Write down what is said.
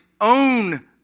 own